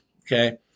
Okay